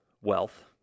wealth